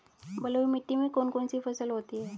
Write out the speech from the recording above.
बलुई मिट्टी में कौन कौन सी फसल होती हैं?